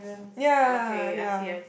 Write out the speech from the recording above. ya ya ya